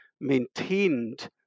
maintained